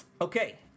Okay